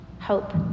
hope